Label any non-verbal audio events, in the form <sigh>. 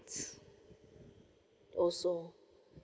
<noise> also